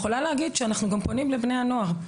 אנחנו גם פונים לבני הנוער.